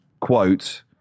Quote